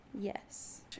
yes